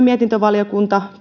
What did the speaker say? mietintövaliokunnassa